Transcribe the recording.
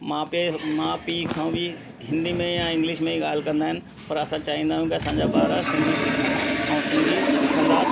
माउ पे माउ पीउ खां बि हिंदी में या इंग्लिश में ई ॻाल्हि कंदा आहिनि पर असां चाहींदा आहियूं असांजा ॿार सिखनि ऐं सिंधी सिखंदा